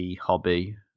hobby